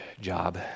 job